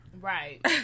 Right